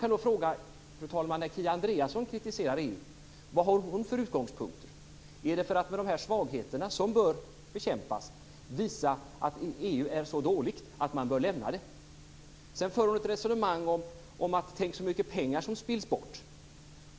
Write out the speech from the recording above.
Man kan fråga sig vad Kia Andreasson har för utgångspunkter när hon kritiserar EU. Vill hon, med de här svagheterna som bör bekämpas, visa att EU är så dåligt att man bör lämna det? Sedan för hon ett resonemang om hur mycket pengar som spills bort.